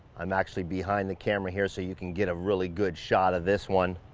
i'm actually behind the camera here, so you can get a really good shot of this one.